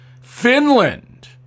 Finland